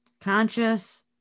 conscious